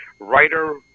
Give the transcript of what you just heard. writer